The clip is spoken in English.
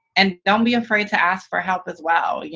and don't be afraid to ask for help as well. yeah